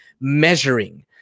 measuring